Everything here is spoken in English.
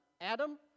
Adam